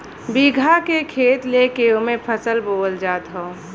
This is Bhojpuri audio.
बीघा के खेत लेके ओमे फसल बोअल जात हौ